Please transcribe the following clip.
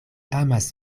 amas